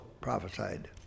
prophesied